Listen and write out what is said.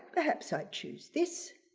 perhaps i'd choose this.